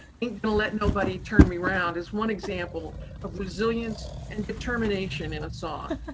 ain't gonna let nobody turn me around, is one example of resilience and determination in a song.